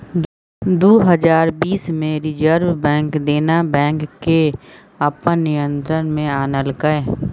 दु हजार बीस मे रिजर्ब बैंक देना बैंक केँ अपन नियंत्रण मे आनलकै